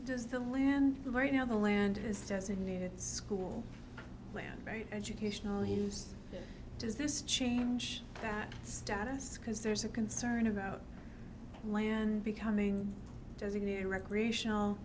does the land right now the land has designated school land very educational use does this change that status because there's a concern about land becoming designated recreational